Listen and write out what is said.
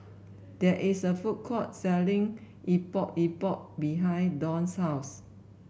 there is a food court selling Epok Epok behind Dawn's house